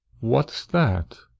what s that?